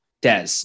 Des